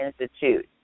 Institute